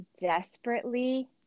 desperately